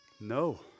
No